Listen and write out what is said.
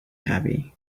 happy